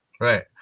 Right